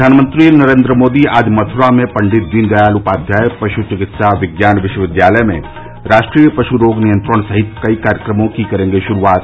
प्रधानमंत्री नरेन्द्र मोदी आज मथुरा में पण्डित दीन दयाल उपाध्याय पश् चिकित्सा विज्ञान विश्वविद्यालय में राष्ट्रीय पश् रोग नियंत्रण सहित कई कार्यक्रमों की करेंगे शुरूआत